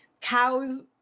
cows